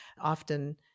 often